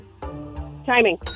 Timing